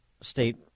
state